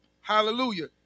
Hallelujah